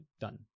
done